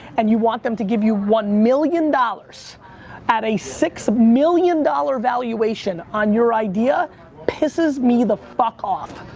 and you want them to give you one million dollars at a six million dollar valuation on your idea pisses me the fuck off,